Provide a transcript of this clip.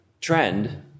trend